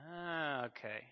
Okay